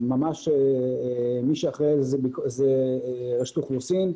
מי שאחראי על זה זו רשות האוכלוסין.